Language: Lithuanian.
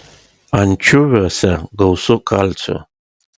ančiuviuose gausu kalcio